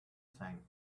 same